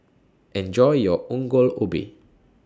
Enjoy your Ongol Ubi